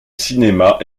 cinéma